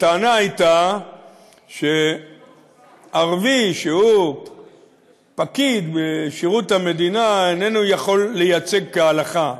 הטענה הייתה שערבי שהוא פקיד בשירות המדינה איננו יכול לייצג כהלכה.